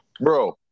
Bro